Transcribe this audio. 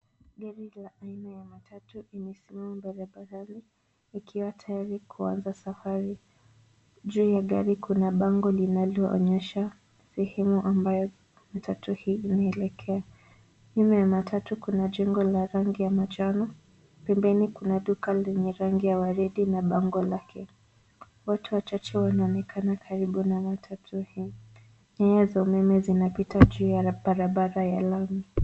Gari la aina ya matatu imesimama barabarani, ikiwa tayari kuanza safari, juu ya gari kuna bango linaloonyesha, sehemu ambayo, matatu hii inaloelekea, nyuma ya matatu kuna jengo la rangi ya manjano, pembeni kuna duka lenye rangi ya waridi na bango lake, watu wachache wanaonekana karibu na matatu hii, nyaya za umeme zinapita juu ya barabara ya lami.